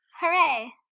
Hooray